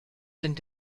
sind